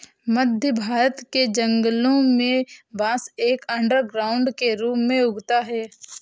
मध्य भारत के जंगलों में बांस एक अंडरग्राउंड के रूप में उगता है